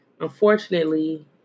unfortunately